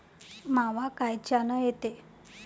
मावा कायच्यानं येते?